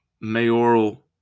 mayoral